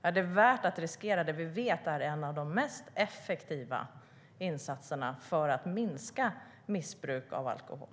Är det värt att riskera vad vi vet är en av de effektivaste insatserna för att minska missbruk av alkohol?